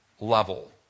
level